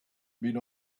been